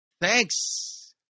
Thanks